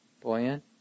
buoyant